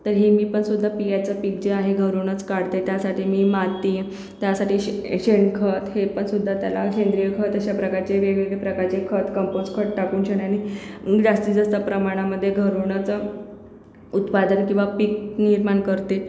तरीही मी पण सुद्धा बियांचे पीक जे आहे घरूनच काढते त्यासाठी मी माती त्यासाठी शेणखत हे पण सुद्धा त्याला सेंद्रिय खत अशा प्रकारचे वेगवेगळ्या प्रकारचे खत कंपोस्ट खत टाकूनशान आणि मी जास्ती जास्त प्रमाणामध्ये घरूनच उत्पादन किंवा पीक निर्माण करते